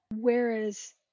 Whereas